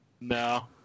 No